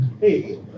Hey